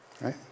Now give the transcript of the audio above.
Right